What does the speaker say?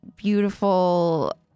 Beautiful